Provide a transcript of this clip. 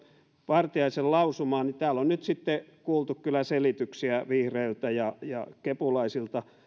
vartiaisen lausumaan niin täällä on nyt sitten kuultu kyllä selityksiä vihreiltä ja ja kepulaisilta